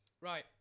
Right